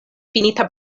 finita